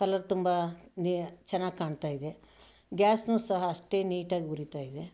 colour ತುಂಬ ನೀ ಚೆನ್ನಾಗಿ ಕಾಣ್ತಾ ಇದೆ ಗ್ಯಾಸ್ನೂ ಸಹ ಅಷ್ಟೇ ನೀಟಾಗಿ ಉರಿತಾ ಇದೆ